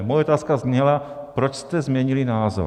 Moje otázka zněla, proč jste změnili názor.